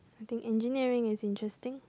I think engineering is interesting